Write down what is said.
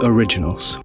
Originals